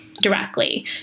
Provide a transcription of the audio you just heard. directly